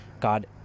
God